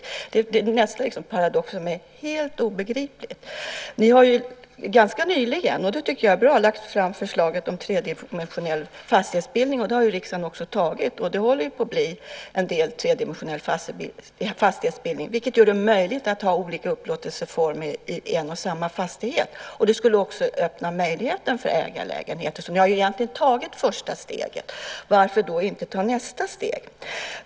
Detta är en paradox som är helt obegriplig. Ni har ju ganska nyligen, och det tycker jag är bra, lagt fram förslaget om tredimensionell fastighetsbildning. Det har riksdagen också antagit, och det håller ju på att bli en del tredimensionell fastighetsbildning. Det gör det möjligt att ha olika upplåtelseformer i en och samma fastighet. Det skulle också öppna möjligheten för ägarlägenheter. Så ni har egentligen tagit första steget. Varför då inte ta nästa steg?